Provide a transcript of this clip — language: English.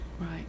Right